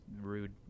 rude